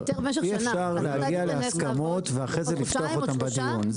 אי אפשר להגיע להסכמות ואחרי זה לפתוח אותן בדיון.